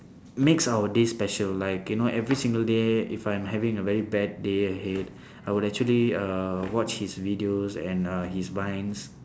makes our day special like you know every single day if I'm having a very bad day ahead I would actually uh watch his videos and uh his vines